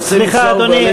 נושאי המשרה ובעלי,